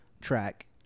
track